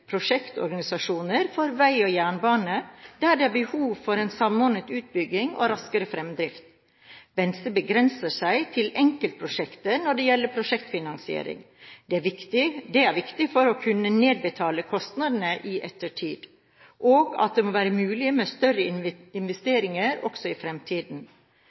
prosjektorganisasjoner for vei og jernbane, der det er behov for en samordnet utbygging og en raskere fremdrift. Venstre begrenser seg til enkeltprosjekter når det gjelder prosjektfinansiering. Det er viktig for å kunne nedbetale kostnadene i ettertid. Det må være mulig med større investeringer også i fremtiden.